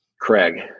Craig